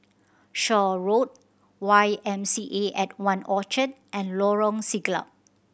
Shaw Road Y M C A at One Orchard and Lorong Siglap